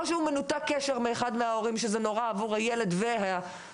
או שהוא מנותק קשר מאחד מההורים שזה נורא עבור הילד וההורה,